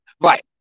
Right